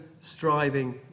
striving